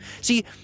See